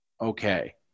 okay